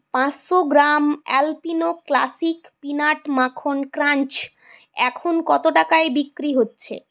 পাঁচশো gram Alpino classic peanut মাখন crunch এখন কত টাকায় বিক্রি হচ্ছে